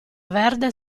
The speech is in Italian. verde